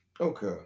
Okay